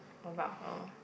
about her